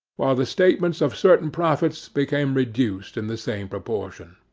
while the statements of certain profits became reduced in the same proportion.